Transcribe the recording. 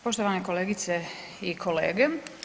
Poštovane kolegice i kolege.